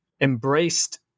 embraced